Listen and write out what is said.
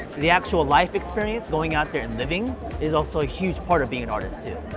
the actual life experience, going out there and living is also a huge part of being an artist too.